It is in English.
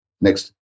Next